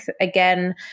again